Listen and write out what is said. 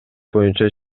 боюнча